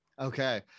Okay